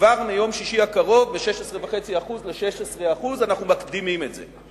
כבר מיום שישי הקרוב מ-16.5% ל-16%; אנחנו מקדימים את זה.